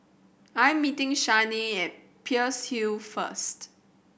I'm meeting Shanae at Peirce Hill first